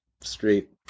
Street